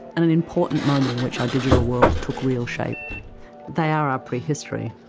and an important moment in which our digital world took real shape they are our pre-history.